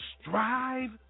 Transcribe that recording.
strive